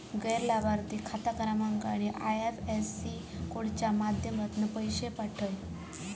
गैर लाभार्थिक खाता क्रमांक आणि आय.एफ.एस.सी कोडच्या माध्यमातना पैशे पाठव